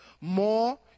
more